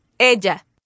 Ella